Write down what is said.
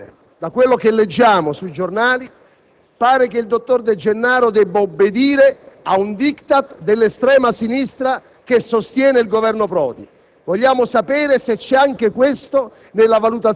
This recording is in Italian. In questo Paese accadono cose strane. Da quello che leggiamo sui giornali, pare che il dottor De Gennaro debba obbedire a un *diktat* dell'estrema sinistra che sostiene il Governo Prodi.